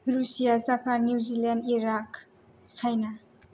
Russia Japan New Zealand Iraq China